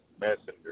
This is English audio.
Messenger